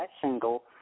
single